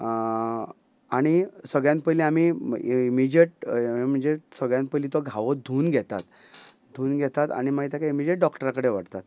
आनी सगळ्यांत पयली आमी इमिजियट हें म्हणजे सगळ्यान पयली तो घावो धुवन घेतात धुवन घेतात आनी मागीर तेका इमिजियट डॉक्टरा कडेन व्हरतात